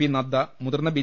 P Nadda മുതിർന്ന B